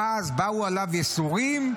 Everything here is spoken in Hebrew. ואז באו עליו ייסורים.